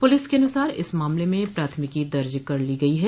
police के अनुसार इस मामले में प्राथमिकी दर्ज कर ली गई है